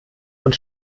und